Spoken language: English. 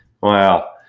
Wow